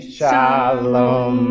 Shalom